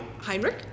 Heinrich